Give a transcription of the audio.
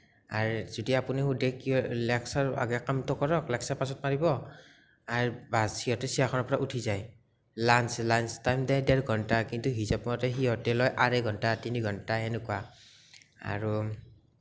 আৰু যদি আপুনি সুধে কিয় লেকচাৰ আগে কামটো কৰক লেকচাৰ পাছত মাৰিব আৰু বাচ সিহঁতে চেয়াৰখনৰ পৰা উঠি যায় লাঞ্চ লাঞ্চ টাইম দেৰ ঘণ্টা কিন্তু হিচাপমতে সিহঁতে লয় আঢ়ৈ ঘণ্টা তিনি ঘণ্টা সেনেকুৱা আৰু